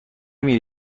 میره